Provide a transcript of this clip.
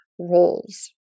roles